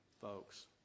folks